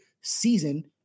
season